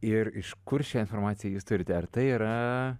ir iš kur šią informaciją jūs turite ar tai yra